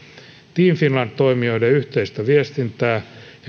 team finland toimijoiden yhteistä viestintää